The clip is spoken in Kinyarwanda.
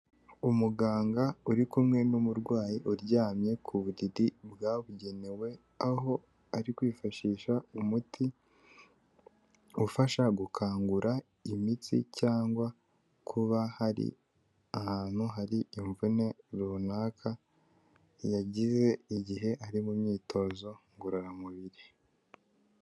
Umuganga uri kumwe n'umurwayi uryamye ku buriri bwabugenewe, aho ari kwifashisha umuti ufasha gukangura imitsi cyangwa kuba hari ahantu hari imvune runaka yagize igihe ari mu myitozo ngororamubiri.